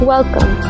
Welcome